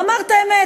הוא אמר את האמת.